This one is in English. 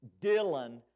Dylan